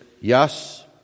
yes